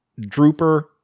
Drooper